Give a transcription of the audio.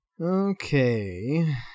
Okay